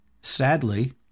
sadly